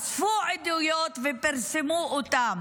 אספו עדויות ופרסמו אותן.